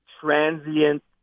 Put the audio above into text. transient